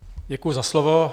Děkuji za slovo.